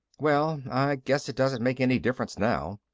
well, i guess it doesn't make any difference now.